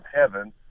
heaven